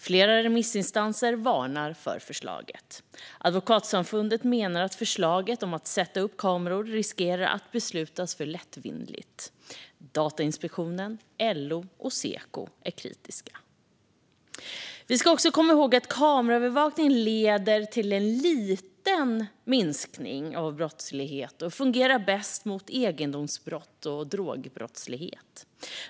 Flera remissinstanser varnar för förslaget. Advokatsamfundet menar att förslaget om att sätta upp kameror riskerar att beslutas för lättvindigt. Datainspektionen, LO och Seko är kritiska. Vi ska också komma ihåg att kameraövervakning leder till en liten minskning av brottslighet och fungerar bäst mot egendomsbrott och drogbrottslighet.